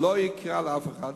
שלא יקרא לאף אחד.